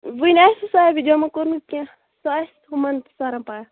وُنہِ آسہِ نہٕ ساروٕے جمع کوٚرمُت کیٚنٛہہ سُہ آسہِ ہُمن سَرن پاے